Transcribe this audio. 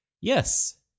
Yes